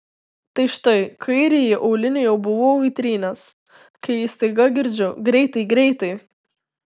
tai štai kairįjį aulinį jau buvau įtrynęs kai staiga girdžiu greitai greitai